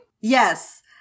Yes